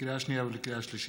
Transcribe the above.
לקריאה שנייה ולקריאה שלישית,